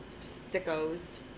Sickos